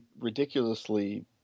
ridiculously